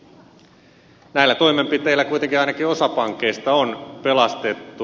näillä toimenpiteillä kuitenkin ainakin osa pankeista on pelastettu